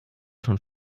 schon